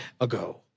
ago